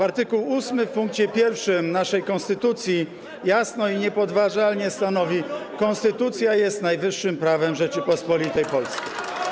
Art. 8 w pkt 1 naszej konstytucji jasno i niepodważalnie stanowi: „Konstytucja jest najwyższym prawem Rzeczypospolitej Polskiej”